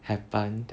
happened